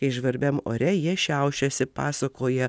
kai žvarbiam ore jie šiaušiasi pasakoja